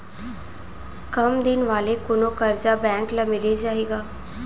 कम दिन वाले कोनो करजा बैंक ले मिलिस जाही का?